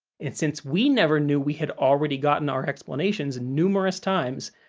and since we never knew we had already gotten our explanations numerous times,